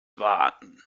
warten